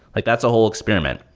like that's a whole experiment.